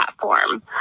platform